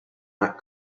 not